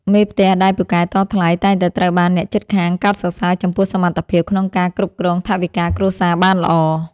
មេផ្ទះដែលពូកែតថ្លៃតែងតែត្រូវបានអ្នកជិតខាងកោតសរសើរចំពោះសមត្ថភាពក្នុងការគ្រប់គ្រងថវិកាគ្រួសារបានល្អ។